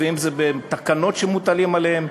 אם בתקנות שמוטלות עליהם,